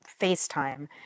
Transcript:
FaceTime